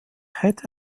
hätte